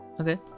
okay